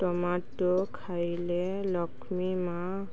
tomato ଖାଇଲେ ଲକ୍ଷ୍ମୀ ମାଆ